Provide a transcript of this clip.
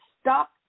stop